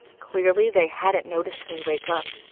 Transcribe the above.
clearly they hadn't noticed me wake up.